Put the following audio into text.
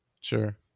Sure